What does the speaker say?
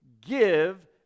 Give